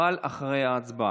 אבל אחרי ההצבעה.